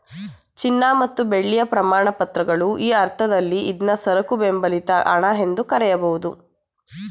ಚಿನ್ನ ಮತ್ತು ಬೆಳ್ಳಿಯ ಪ್ರಮಾಣಪತ್ರಗಳು ಈ ಅರ್ಥದಲ್ಲಿ ಇದ್ನಾ ಸರಕು ಬೆಂಬಲಿತ ಹಣ ಎಂದು ಕರೆಯಬಹುದು